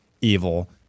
evil